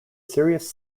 serious